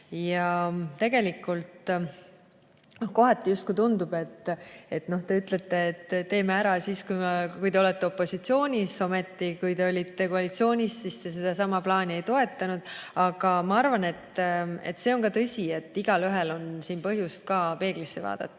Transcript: Aga tegelikult kohati justkui tundub, et te ütlete, et teeme ära, siis kui te olete opositsioonis, ent kui te olite koalitsioonis, siis te sedasama plaani ei toetanud. Ma siiski arvan, et see on tõsi, et igaühel on põhjust peeglisse vaadata,